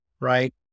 right